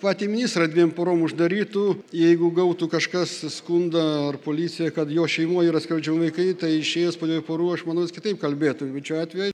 patį ministrą dviem parom uždarytų jeigu gautų kažkas skundą ar policija kad jo šeimoj yra skriaudžiami vaikai tai išėjęs po dviejų parų aš manau jis kitaip kalbėtų bet šiuo atve